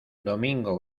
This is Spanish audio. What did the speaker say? domingo